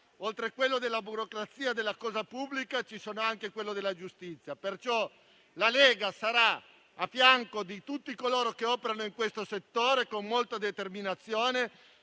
oltre quello della burocrazia e della cosa pubblica, c'è anche quello della giustizia. La Lega sarà quindi a fianco di tutti coloro che operano in questo settore con molta determinazione,